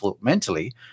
mentally